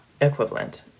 equivalent